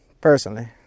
personally